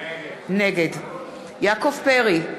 נגד יעקב פרי,